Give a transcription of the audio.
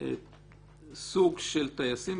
סוג של טייסים.